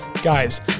Guys